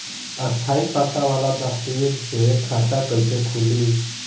स्थायी पता वाला दस्तावेज़ से खाता कैसे खुली?